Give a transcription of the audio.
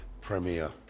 premier